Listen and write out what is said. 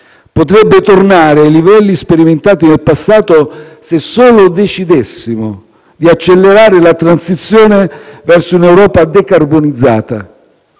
potrebbe tornare ai livelli sperimentati nel passato, se solo decidessimo di accelerare la transizione verso un'Europa decarbonizzata.